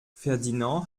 ferdinand